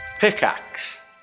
Pickaxe